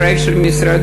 הפרויקט של משרדו,